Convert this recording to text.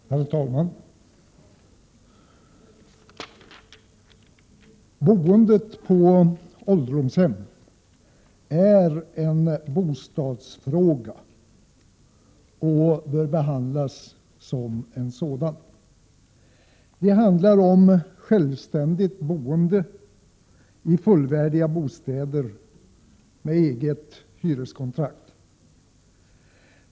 Herr talman! Boende på ålderdomshem är en bostadsfråga och bör behandlas som en sådan. Det handlar om självständigt boende i fullvärdiga bostäder, som de gamla har eget hyreskontrakt på.